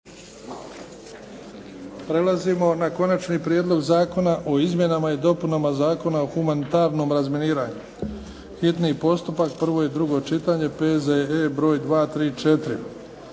Prelazimo na –- Konačni prijedlog Zakona o izmjenama i dopunama Zakona o humanitarnom razminiranju, hitni postupak, prvo i drugo čitanje, P.Z.E. br. 234